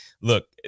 Look